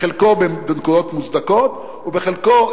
בחלקו בנקודות מוצדקות ובחלקו,